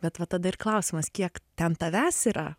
bet va tada ir klausimas kiek ten tavęs yra